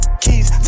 keys